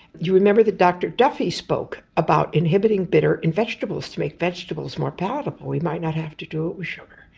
you remember that dr duffy spoke about inhibiting bitter in vegetables to make vegetables more palatable, we might not have to do it with sugar,